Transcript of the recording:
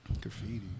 graffiti